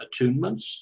attunements